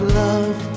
love